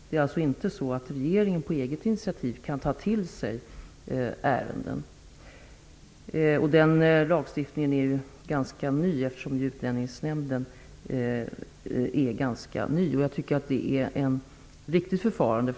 Regeringen kan alltså inte på eget initiativ ta till sig ärenden. Den lagstiftningen är ganska ny, eftersom Utlänningsnämnden är ganska ny. Jag tycker att detta är ett riktigt förfarande.